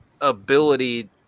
ability